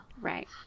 Right